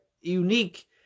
unique